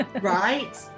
Right